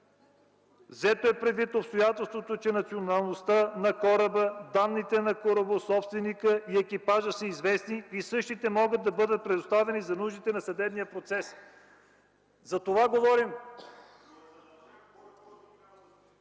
Взето е предвид обстоятелството, че националността на кораба, данните на корабособственика и екипажа са известни, и същите могат да бъдат представени за нуждите на съдебния процес”. За това говорим!